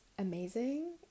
amazing